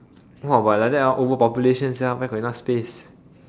!wah! but like that ah overpopulation sia where got enough space